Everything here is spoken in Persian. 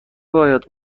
باید